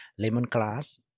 lemongrass